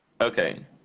Okay